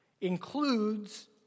includes